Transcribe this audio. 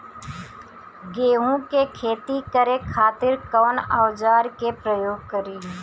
गेहूं के खेती करे खातिर कवन औजार के प्रयोग करी?